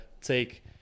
take